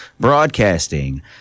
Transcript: Broadcasting